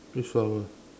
which flower